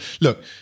look